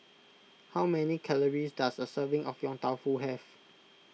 how many calories does a serving of Yong Tau Foo have